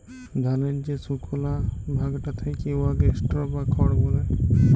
ধালের যে সুকলা ভাগটা থ্যাকে উয়াকে স্ট্র বা খড় ব্যলে